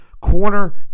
corner